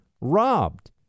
robbed